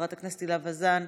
וחברת הכנסת הילה וזאן,